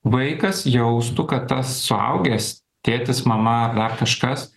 vaikas jaustų kad tas suaugęs tėtis mama dar kažkas